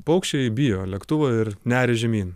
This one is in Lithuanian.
paukščiai bijo lėktuvo ir neria žemyn